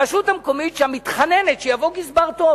הרשות המקומית שם מתחננת שיבוא גזבר טוב.